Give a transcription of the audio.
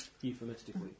euphemistically